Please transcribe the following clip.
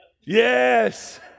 Yes